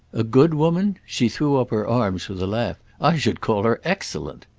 a good woman? she threw up her arms with a laugh. i should call her excellent!